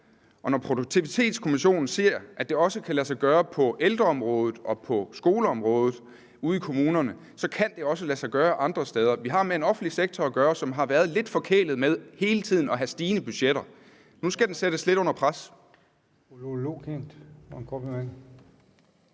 og når Produktivitetskommissionen ser, at det også kan lade sig gøre på ældreområdet og på skoleområdet ude i kommunerne, så kan det også lade sig gøre andre steder. Vi har at gøre med en offentlig sektor, som har været lidt forkælet med hele tiden at have stigende budgetter. Nu skal den sættes lidt under pres.